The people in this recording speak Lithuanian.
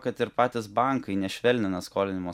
kad ir patys bankai nešvelnina skolinimo